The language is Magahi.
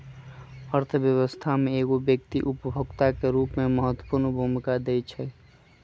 अर्थव्यवस्था में एगो व्यक्ति उपभोक्ता के रूप में महत्वपूर्ण भूमिका दैइ छइ